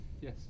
Yes